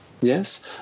Yes